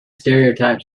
stereotypes